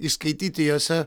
įskaityti jose